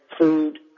food